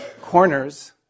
corners